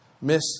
Miss